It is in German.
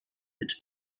mit